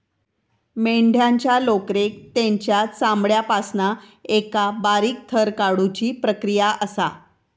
मेंढ्यांच्या लोकरेक तेंच्या चामड्यापासना एका बारीक थर काढुची प्रक्रिया असा